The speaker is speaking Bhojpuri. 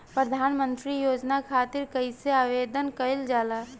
प्रधानमंत्री योजना खातिर कइसे आवेदन कइल जाला?